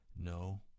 No